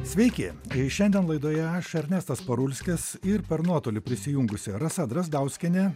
sveiki kai šiandien laidoje aš ernestas parulskis ir per nuotolį prisijungusi rasa drazdauskienė